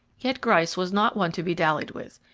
yet gryce was not one to be dallied with.